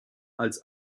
als